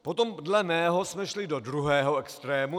Potom dle mého jsme šli do druhého extrému.